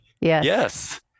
Yes